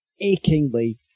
achingly